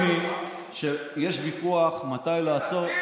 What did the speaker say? זה לגיטימי שיש ויכוח מתי לעצור,